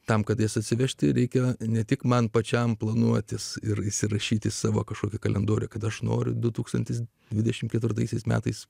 tam kad jas atsivežti reikėjo ne tik man pačiam planuotis ir įsirašyti savo kažkokį kalendorių kad aš noriu du tūkstantis dvidešim ketvirtaisiais metais